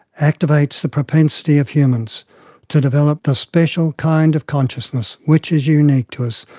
activates the propensity of humans to develop the special kind of consciousness, which is unique to us,